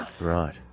Right